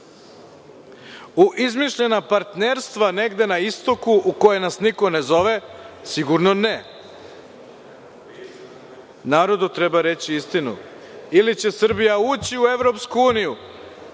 U izmišljena partnerstva negde na istoku u koja nas niko ne zove, sigurno ne. Narodu treba reći istinu. Ili će Srbija ući u EU ili